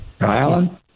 Alan